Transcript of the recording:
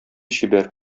чибәр